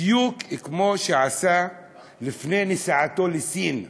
בדיוק כמו שעשה לפני נסיעתו לסין.